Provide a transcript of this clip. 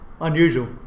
unusual